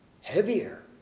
heavier